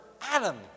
Adam